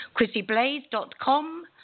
chrissyblaze.com